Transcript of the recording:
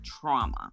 trauma